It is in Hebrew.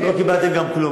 לא קיבלתם גם כלום.